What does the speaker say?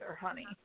honey